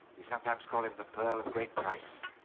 we sometimes call him the pearl of great price.